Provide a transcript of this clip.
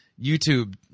YouTube